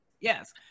yes